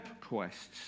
quests